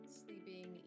sleeping